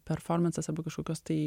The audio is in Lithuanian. performansas arba kažkokios tai